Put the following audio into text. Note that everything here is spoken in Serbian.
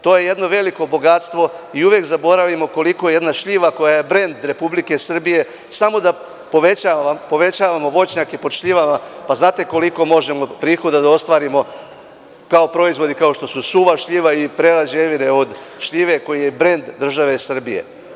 To je jedno veliko bogatstvo i uvek zaboravimo koliko jedna šljiva, koja je brend Republike Srbije, samo da povećavamo voćnjake pod šljivama, pa znate koliko možemo prihoda da ostvarimo, kao proizvode kao što su suva šljiva, ili prerađevine od šljive, koji je brend države Srbije.